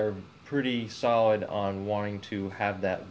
're pretty solid on wanting to have that